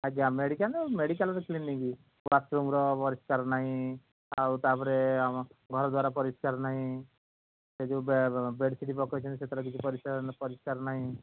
ଆଜ୍ଞା ମେଡ଼ିକାଲ୍ ମେଡ଼ିକାଲ୍ରେ କ୍ଲିନିକ୍ ବାଥରୁମ୍ର ପରିଷ୍କାର ନାହିଁ ଆଉ ତା'ପରେ ଆମ ଘର ଦ୍ୱାରା ପରିଷ୍କାର ନାହିଁ ସେ ଯେଉଁ ବେ ବେଡ଼ସିଟ୍ ପକାଇଛନ୍ତି ସେଥିରେ କିଛି ପରି ପରିଷ୍କାର ନାହିଁ